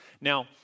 Now